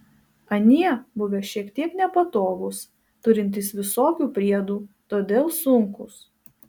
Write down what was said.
anie buvę šiek tiek nepatogūs turintys visokių priedų todėl sunkūs